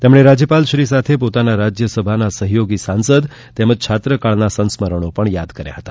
તેમણે રાજ્યપાલશ્રી સાથે પોતાના રાજ્યસભાના સહયોગી સાંસદ તેમજ છાત્રકાળના સંસ્મરણો યાદ કર્યા હતા